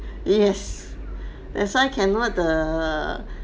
yes that's why cannot the